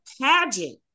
pageant